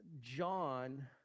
John